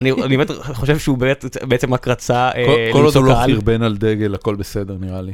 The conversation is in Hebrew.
אני באמת חושב שהוא בעצם הקרצה לקהל. כל עוד הוא לא חרבן על דגל הכל בסדר נראה לי.